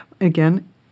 Again